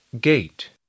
Gate